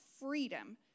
freedom